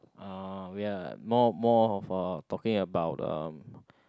uh ya more more of uh talking about uh